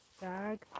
bag